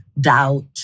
doubt